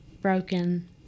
broken